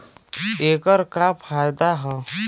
ऐकर का फायदा हव?